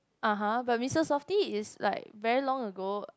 (uh huh) but Mister softee is like very long ago